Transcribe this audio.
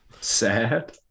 Sad